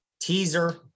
teaser